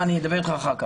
אני אדבר איתך אחר כך.